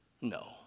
No